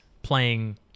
Playing